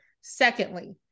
Secondly